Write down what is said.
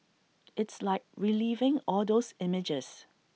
it's like reliving all those images